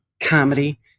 comedy